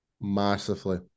Massively